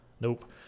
Nope